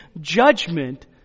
judgment